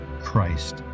christ